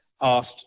asked